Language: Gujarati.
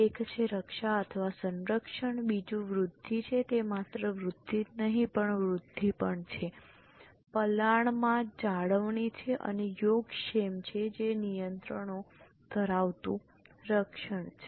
એક છે રક્ષા અથવા સંરક્ષણ બીજું વૃદ્ધિ છે તે માત્ર વૃદ્ધિ જ નહીં પણ વૃદ્ધિ પણ છે પલાણામાં જાળવણી છે અને યોગક્ષેમ છે જે નિયંત્રણો ધરાવતું રક્ષણ છે